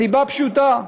הסיבה פשוטה: